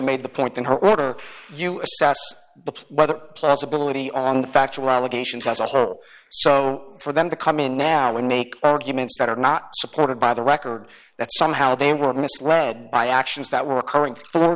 made the point in her order you assess the weather plus ability on the factual allegations as a whole so for them to come in now and make arguments that are not supported by the record that somehow they were misled by actions that were occurring for